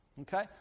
Okay